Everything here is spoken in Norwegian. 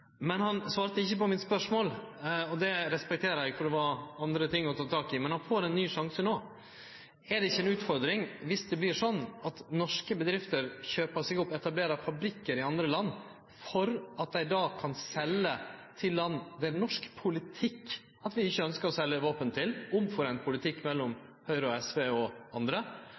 Men han svarte ikkje på mitt spørsmål – og det respekterer eg, for det var andre ting å ta tak i – men han får ein ny sjanse no. Er det ikkje ei utfordring dersom det blir slik at norske bedrifter kjøper seg opp og etablerer fabrikkar i andre land for at dei då kan selje til land som ein etter norsk politikk ikkje ønskjer å selje våpen til – ein vedteken politikk mellom Høgre, SV og andre?